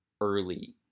early